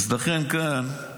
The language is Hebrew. לכן כאן,